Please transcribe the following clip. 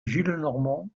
gillenormand